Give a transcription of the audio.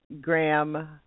Graham